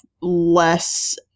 less